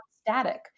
static